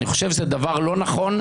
אני חושב שזה דבר לא נכון,